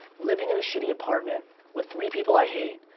living in a shitty apartment with three people i hate,